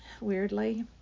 weirdly